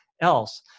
else